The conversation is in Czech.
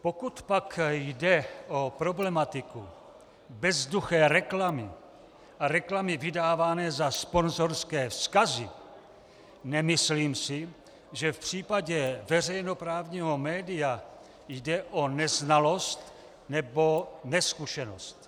Pokud pak jde o problematiku bezduché reklamy a reklamy vydávané za sponzorské vzkazy, nemyslím si, že v případě veřejnoprávního média jde o neznalost nebo nezkušenosti.